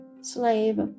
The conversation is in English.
slave